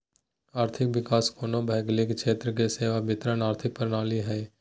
आर्थिक विकास कोनो भौगोलिक क्षेत्र के सेवा वितरण आर्थिक प्रणाली हइ